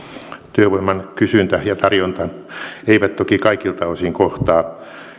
työvoiman kysyntä ja tarjonta eivät toki kaikilta osin kohtaa